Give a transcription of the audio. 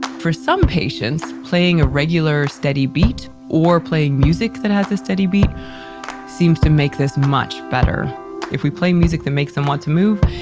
for some patients, playing a regular steady beat or playing music that has a steady beat seems to make this much better if we play music that makes them want to move,